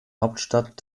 hauptstadt